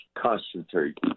concentrated